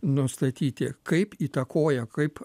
nustatyti kaip įtakoja kaip